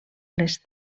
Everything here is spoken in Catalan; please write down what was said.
les